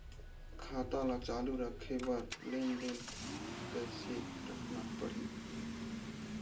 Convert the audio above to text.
खाता ला चालू रखे बर लेनदेन कैसे रखना पड़ही?